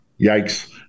yikes